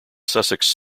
sussex